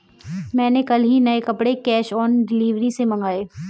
मैंने कल ही नए कपड़े कैश ऑन डिलीवरी से मंगाए